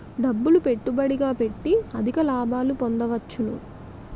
డబ్బులు పెట్టుబడిగా పెట్టి అధిక లాభాలు పొందవచ్చును